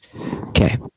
Okay